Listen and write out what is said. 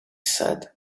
said